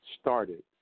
Started